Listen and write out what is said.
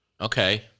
Okay